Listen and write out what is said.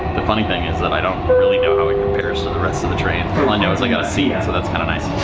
the funny thing is that i don't really know how it compares to the rest of the train. all i know is that i got a seat. so that's kind of nice!